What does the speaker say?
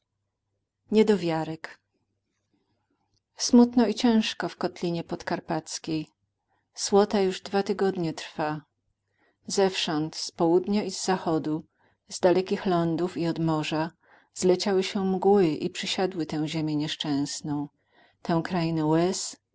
razem nigdy przenigdy smutno i ciężko w kotlinie podkarpackiej słota już dwa tygodnie trwa zewsząd z południa i z zachodu z dalekich lądów i od morza zleciały się mgły i przysiadły tę ziemię nieszczęsną tę krainę